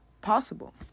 possible